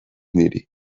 niri